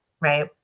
right